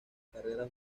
carrera